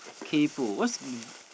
kaypo what's